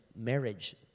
marriage